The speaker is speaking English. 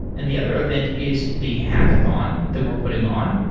and the other event is the hackathon that we're putting on.